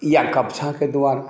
या कपछाक द्वारा